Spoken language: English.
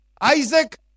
Isaac